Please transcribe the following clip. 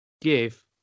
give